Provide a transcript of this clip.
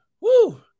Woo